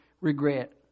regret